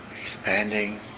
expanding